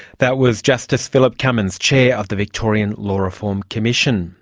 that was justice philip cummins, chair of the victorian law reform commission.